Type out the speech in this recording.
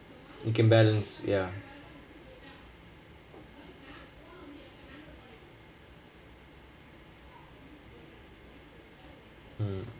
you can balance ya mm